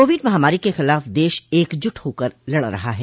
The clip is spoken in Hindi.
कोविड महामारी के खिलाफ देश एकजुट होकर लड़ रहा है